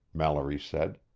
mallory said,